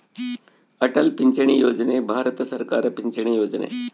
ಅಟಲ್ ಪಿಂಚಣಿ ಯೋಜನೆ ಭಾರತ ಸರ್ಕಾರದ ಪಿಂಚಣಿ ಯೊಜನೆ